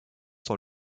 dans